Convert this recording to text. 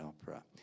opera